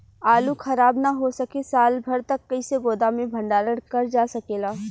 आलू खराब न हो सके साल भर तक कइसे गोदाम मे भण्डारण कर जा सकेला?